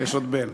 יש עוד בן.